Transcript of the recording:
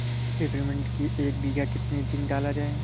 Peppermint की एक बीघा कितना जिंक डाला जाए?